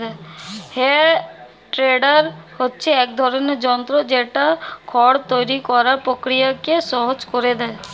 হে tedder হচ্ছে এক ধরণের যন্ত্র যেটা খড় তৈরী করার প্রক্রিয়াকে সহজ করে দেয়